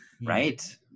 Right